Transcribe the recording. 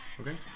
Okay